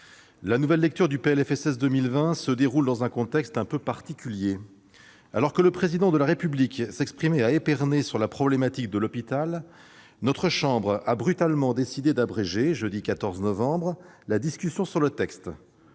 nouvelle lecture du PLFSS pour 2020 se déroule dans un contexte un peu particulier. Alors que le Président de la République s'exprimait à Épernay sur la problématique de l'hôpital, notre chambre a brutalement décidé d'abréger, jeudi 14 novembre, la discussion du texte,